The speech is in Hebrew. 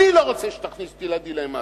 אני לא רוצה שתכניס אותי לדילמה הזאת.